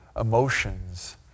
emotions